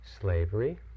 slavery